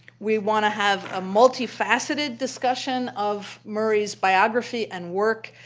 we want to have a multifaceted discussion of murray's biography, and work,